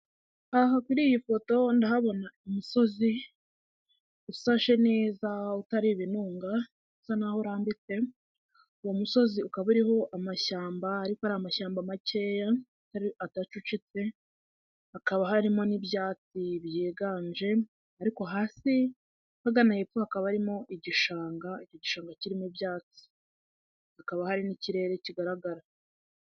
Aha kuri iyi foto ndahabona umusozi usashe neza utari ibinunga usa n'aho urambitse, uwo musozi ukaba uriho amashyamba ariko ari amashyamba makeya adacucitse hakaba harimo n'ibyatsi byiganje ariko hasi ahagana hepfo hakaba harimo igishanga icyo gishanga kirimo ibyatsi, hakaba hari n'ikirere kigaragara.